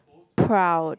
proud